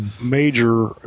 major